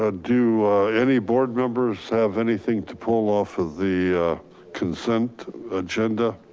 ah do any board members have anything to pull off of the consent agenda